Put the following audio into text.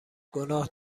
گناه